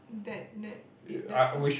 that that it the